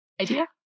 idea